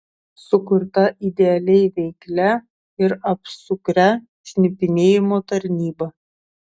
sukurta idealiai veiklia ir apsukria šnipinėjimo tarnyba